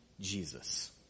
Jesus